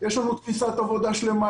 יש לנו תפיסת עבודה שלמה,